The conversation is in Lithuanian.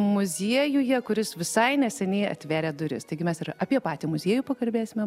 muziejuje kuris visai neseniai atvėrė duris taigi mes ir apie patį muziejų pakalbėsime